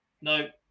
no